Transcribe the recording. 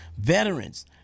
Veterans